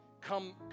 come